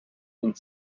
and